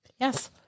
Yes